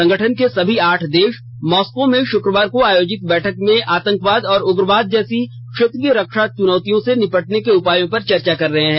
संगठन के सभी आठ देश मॉस्को में शुक्रवार को आयोजित बैठक में आतंकवाद और उग्रवाद जैसी क्षेत्रीय रक्षा चुनौतियों से निपटने के उपायों पर चर्चा कर रही है